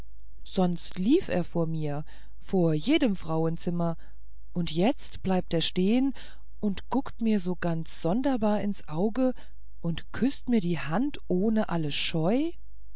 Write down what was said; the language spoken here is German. sonst lief er vor mir vor jedem frauenzimmer und jetzt bleibt er stehen und guckt mir so ganz sonderbar ins auge und küßt mir die hand ohne alle scheu